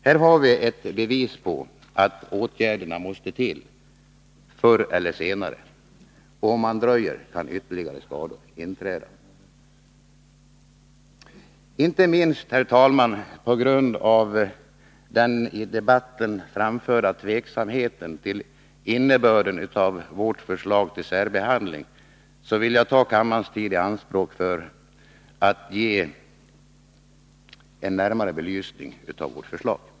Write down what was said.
Här har vi ett bevis på att åtgärderna måste till förr eller senare. Om man dröjer kan ytterligare skador inträda. Inte minst, herr talman, på grund av den i debatten framförda tveksamheten beträffande innebörden av vårt förslag till särbehandling vill jag ta kammarens tid i anspråk för att ge en närmare belysning av vårt förslag.